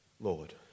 Lord